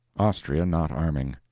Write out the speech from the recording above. austria not arming.